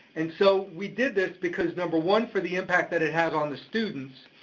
and so, we did this because number one, for the impact that it has on the students,